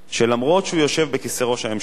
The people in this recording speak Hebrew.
שלמרות שהוא יושב בכיסא ראש הממשלה,